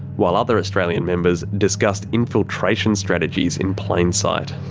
while other australian members discussed infiltration strategies in plain sight.